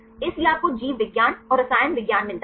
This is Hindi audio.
इसलिए आपको जीव विज्ञान और रसायन विज्ञान मिलता है